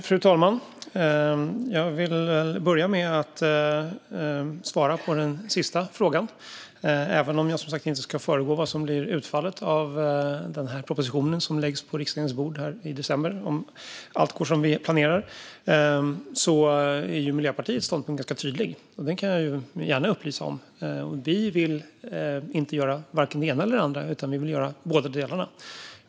Fru talman! Jag vill börja med att svara på den sista frågan, även om jag inte ska föregripa vad som blir utfallet av den proposition som läggs på riksdagens bord i december. Om allt går som vi planerar är Miljöpartiets ståndpunkt ganska tydlig, och den kan jag gärna upplysa om. Vi vill inte göra det ena eller det andra, utan vi vill göra båda delarna.